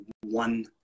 one